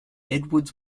edwards